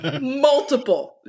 Multiple